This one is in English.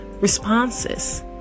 responses